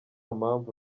mpamvu